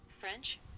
French